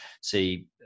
see